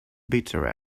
bitter